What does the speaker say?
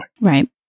Right